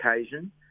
occasion